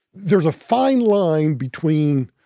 there's a fine line between